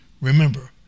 Remember